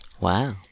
wow